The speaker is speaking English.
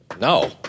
No